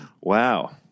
Wow